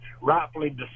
rightfully